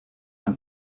ein